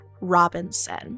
Robinson